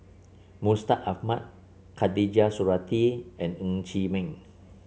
Mustaq Ahmad Khatijah Surattee and Ng Chee Meng